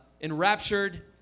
enraptured